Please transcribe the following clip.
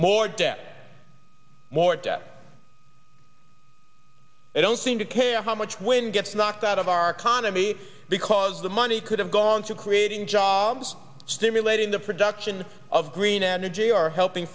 more debt more debt they don't seem to care how much wind gets knocked out of our economy because the money could have gone to creating jobs stimulating the production of green energy or helping